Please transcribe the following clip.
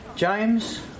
James